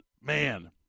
man